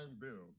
bills